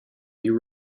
you